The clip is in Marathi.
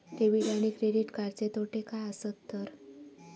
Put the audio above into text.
डेबिट आणि क्रेडिट कार्डचे तोटे काय आसत तर?